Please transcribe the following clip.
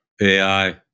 AI